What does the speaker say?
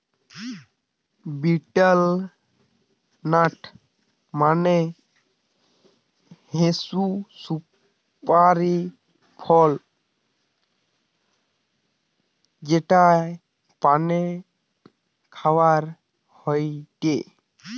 betel nut মানে হৈসে সুপারি ফল যেটা পানে খাওয়া হয়টে